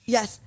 Yes